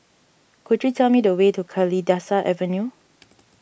could you tell me the way to Kalidasa Avenue